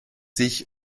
sich